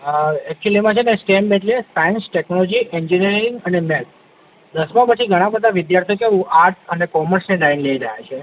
હા એક્ચ્યુલીમાં છે ને સ્ટૅમ એટલે સાયન્સ ટેકનોલોજી એન્જિનિયરિંગ અને મેથ્સ દસમા પછી ઘણાં બધા વિદ્યાર્થીઓ કેવું આર્ટસ અને કોમર્સની લાઈન લઇ રહ્યા છે